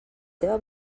teva